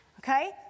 Okay